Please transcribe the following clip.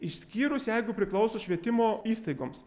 išskyrus jeigu priklauso švietimo įstaigoms